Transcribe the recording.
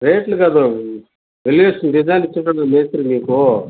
రేట్లు కాదు elevation design ఇచ్చి ఉంటాడు మీ మేస్త్రి మీకు